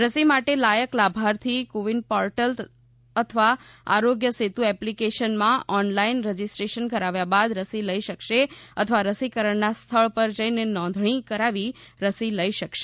રસી માટે લાયક લાભાર્થી કોવિન પોર્ટલ અથવા આરોગ્ય સેતુ એપ્લીકેશનમાં ઓનલાઇન રજીસ્ટ્રેશન કરાવ્યા બાદ રસી લઇ શકશે અથવા રસીકરણના સ્થળ પર જઇને નોંધણી કરાવી રસી લઇ શકશે